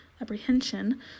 apprehension